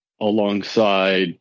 alongside